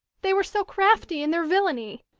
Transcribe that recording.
they were so crafty in their villany.